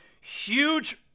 Huge